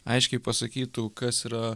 aiškiai pasakytų kas yra